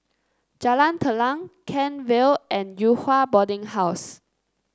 Jalan Telang Kent Vale and Yew Hua Boarding House